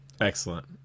excellent